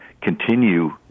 continue